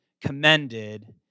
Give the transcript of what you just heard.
commended